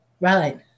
Right